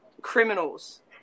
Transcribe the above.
criminals